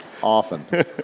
Often